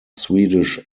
swedish